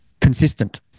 consistent